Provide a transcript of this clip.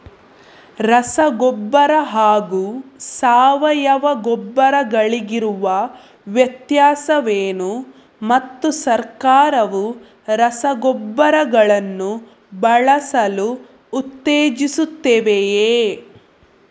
ರಸಗೊಬ್ಬರ ಹಾಗೂ ಸಾವಯವ ಗೊಬ್ಬರ ಗಳಿಗಿರುವ ವ್ಯತ್ಯಾಸವೇನು ಮತ್ತು ಸರ್ಕಾರವು ರಸಗೊಬ್ಬರಗಳನ್ನು ಬಳಸಲು ಉತ್ತೇಜಿಸುತ್ತೆವೆಯೇ?